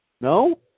No